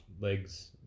legs